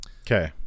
Okay